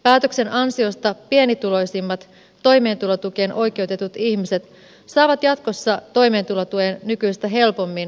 päätöksen ansiosta pienituloisimmat toimeentulotukeen oikeutetut ihmiset saavat jatkossa toimeentulotuen nykyistä helpommin ja varmemmin